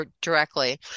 directly